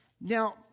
Now